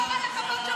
תשמרי על הכבוד.